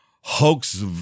hoax